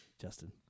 Justin